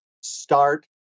Start